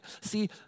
See